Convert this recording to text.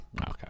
Okay